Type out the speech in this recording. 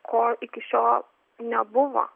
ko iki šio nebuvo